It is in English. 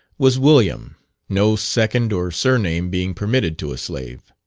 was william no second or surname being permitted to a slave.